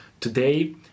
today